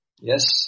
Yes